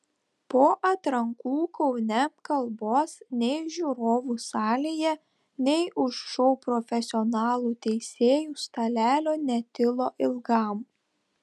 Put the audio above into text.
po atrankų kaune kalbos nei žiūrovų salėje nei už šou profesionalų teisėjų stalelio netilo ilgam